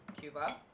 Cuba